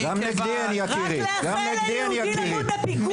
אתה יודע עוד כל עוד אין הרשאה -- רק לאחל ליהודי למות בפיגוע,